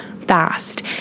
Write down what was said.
fast